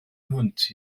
hwnt